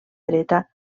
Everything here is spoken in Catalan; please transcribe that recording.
dreta